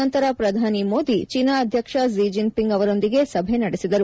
ನಂತರ ನರೇಂದ್ರ ಮೋದಿ ಚೇನಾ ಅಧ್ಯಕ್ಷ Xi Jinping ಅವರೊಂದಿಗೆ ಸಭೆ ನಡೆಸಿದರು